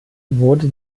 wurde